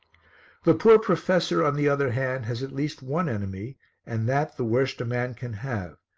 the poor professor, on the other hand, has at least one enemy and that the worst a man can have,